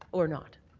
or not.